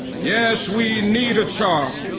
yes, we need a chart